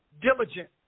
diligent